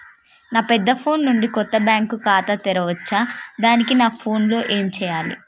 నా పెద్ద ఫోన్ నుండి కొత్త బ్యాంక్ ఖాతా తెరవచ్చా? దానికి నా ఫోన్ లో ఏం చేయాలి?